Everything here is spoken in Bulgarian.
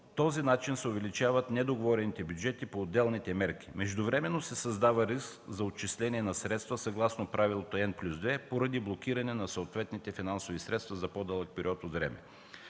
този начин се увеличават недоговорените бюджети по отделните мерки. Междувременно се създава риск за отчисление на средства съгласно Правило N + 2 поради блокиране на съответните финансови средства за по-дълъг период от време.